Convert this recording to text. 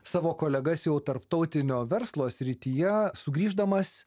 savo kolegas jau tarptautinio verslo srityje sugrįždamas